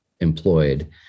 employed